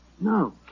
No